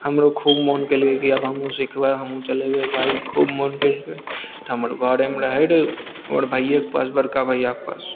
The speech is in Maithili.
हमरो खूब मोन कयलकै कि आब हमहूँ सीखबइ हमहूँ चलेबइ बाइक खूब मोन कयलकइ तऽ हमर घरेमे रहय रहय हमर भैयाके पास बड़का भैयाके पास